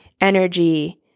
energy